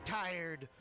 tired